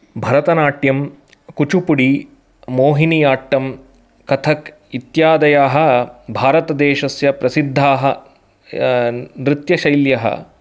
Bharatanatyam Kuchipudi Mohiniyattam Kathak इत्यादयः भारतदेशस्य प्रसिद्धाः नृत्यशैल्यः